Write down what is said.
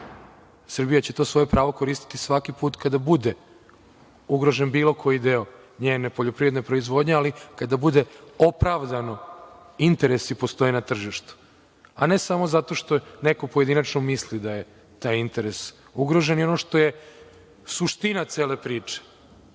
Srbija će to svoje pravo koristiti svaki put kada bude ugrožen bilo koji deo njene poljoprivredne proizvodnje, ali kada bude opravdano, interesi postoje na tržištu, a ne samo zato što neko pojedinačno misli da je taj interes ugrožen. Ono što je suština cela priče,